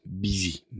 busy